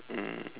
mm